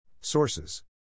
Sources